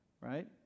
Right